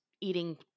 eating